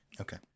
Okay